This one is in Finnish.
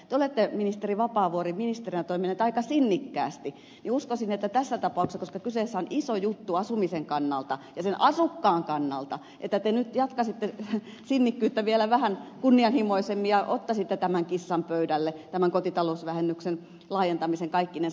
te olette ministeri vapaavuori ministerinä toiminut aika sinnikkäästi joten uskoisin että tässä tapauksessa koska kyseessä on iso juttu asumisen kannalta ja sen asukkaan kannalta te nyt jatkaisitte sinnikkyyttä vielä vähän kunnianhimoisemmin ja ottaisitte tämän kissan pöydälle tämän kotitalousvähennyksen laajentamisen kaikkinensa